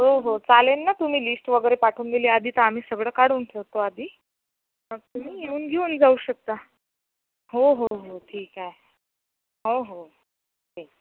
हो हो चालेल ना तुम्ही लिस्ट वगैरे पाठवून दिली आधी तर आम्ही सगळं काढून ठेवतो आधी मग तुम्ही येऊन घेऊन जाऊ शकता हो हो हो ठीक आहे हो हो के